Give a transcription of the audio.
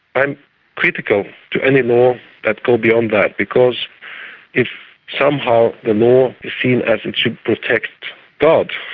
i'm critical to any law that go beyond that because if somehow the law is seen as it should protect god,